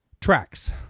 tracks